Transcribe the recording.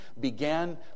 began